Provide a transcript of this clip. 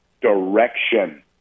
direction